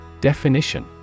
Definition